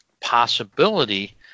possibility